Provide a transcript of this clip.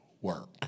work